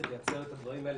צריך לייצר את הדברים האלה,